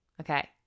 Okay